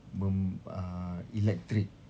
mem~ uh elektrik